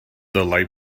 dylai